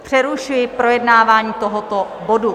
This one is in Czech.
Přerušuji projednávání tohoto bodu.